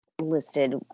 listed